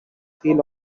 feel